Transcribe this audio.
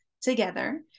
together